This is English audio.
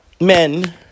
men